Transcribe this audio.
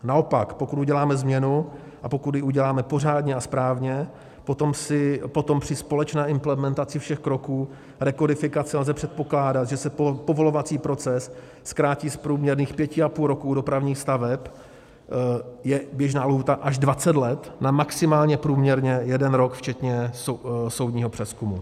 Naopak, pokud uděláme změnu a pokud ji uděláme pořádně a správně, potom při společné implementaci všech kroků rekodifikace lze předpokládat, že se povolovací proces zkrátí z průměrných pěti a půl roku, u dopravních staveb je běžná lhůta až dvacet let, na maximálně průměrně jeden rok včetně soudního přezkumu.